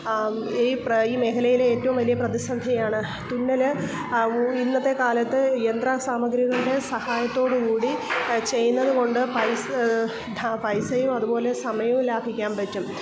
ഈ ഈ മേഖലയിലെ ഏറ്റവും വലിയ പ്രതിസന്ധിയാണ് തുന്നൽ ഇന്നത്തെ കാലത്ത് യന്ത്ര സാമഗ്രികളുടെ സഹായത്തോടു കൂടി ചെയ്യുന്നതുകൊണ്ട് പൈസ പൈസയും അതുപോലെ സമയവും ലാഭിക്കാൻ പറ്റും